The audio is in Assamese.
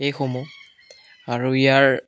এইসমূহ আৰু ইয়াৰ